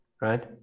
right